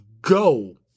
Go